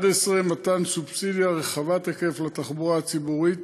11. מתן סובסידיה רחבת היקף לתחבורה ציבורית,